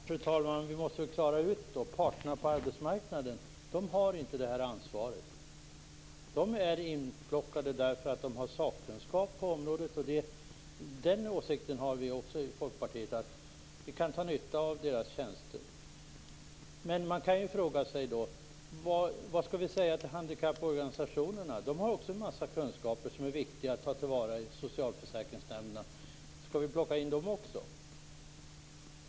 Fru talman! Vi måste klara ut det här. Parterna på arbetsmarknaden har inte det här ansvaret. De är inplockade därför att de har sakkunskap på området. Vi i Folkpartiet har också den åsikten att man kan dra nytta av deras tjänster. Men då är frågan: Vad skall vi säga till handikapporganisationerna? De har också en massa kunskaper som är viktiga att ta till vara i socialförsäkringsnämnderna. Skall vi plocka in dem också?